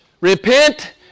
Repent